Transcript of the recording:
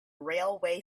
railway